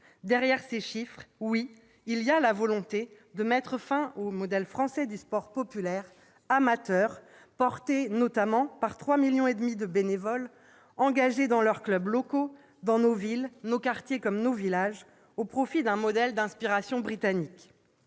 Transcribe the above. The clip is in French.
Derrière ces chiffres, je l'affirme, il y a la volonté de mettre fin au modèle français du sport populaire, amateur, représenté notamment par 3,5 millions de bénévoles engagés dans leurs clubs locaux, dans nos villes, nos quartiers comme nos villages, au profit d'un modèle d'inspiration britannique,